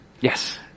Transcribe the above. Yes